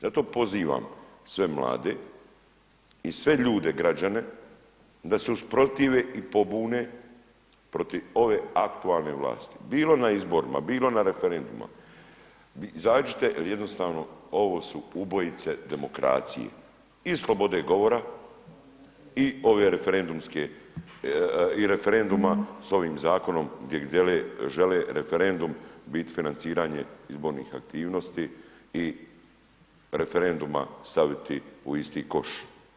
Zato pozivam sve mlade i sve ljude građane da se usprotive i pobune protiv ove aktualne vlasti, bilo na izborima, bilo na referendumima, izađite jer jednostavno ovo su ubojice demokracije, i slobode govora, i ove referendumske, i referenduma s ovim Zakonom gdje žele referendum, u biti financiranje izbornih aktivnosti i referenduma staviti u isti koš.